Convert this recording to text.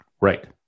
Right